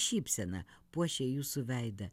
šypsena puošia jūsų veidą